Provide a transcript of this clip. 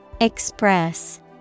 Express